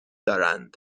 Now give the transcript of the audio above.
دارند